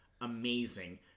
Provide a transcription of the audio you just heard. Amazing